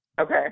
Okay